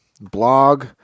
blog